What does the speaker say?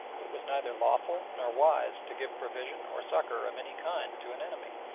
it was neither lawful nor wise to give provision or succour of any kind to an enemy,